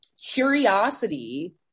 curiosity